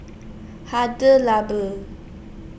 Hada Labo